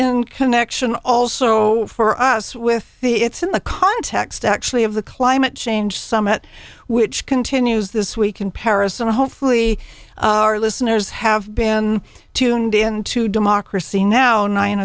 in connection also for us with the it's in the context actually of the climate change summit which continues this week in paris and hopefully our listeners have been tuned in to democracy now nine